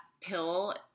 pill